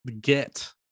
get